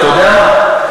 אבל אתה יודע מה,